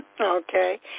okay